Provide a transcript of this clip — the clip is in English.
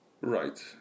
right